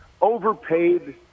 overpaid